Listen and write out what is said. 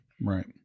Right